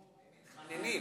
מתחננים.